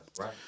Right